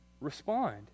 respond